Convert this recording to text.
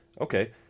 Okay